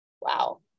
wow